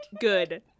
good